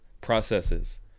processes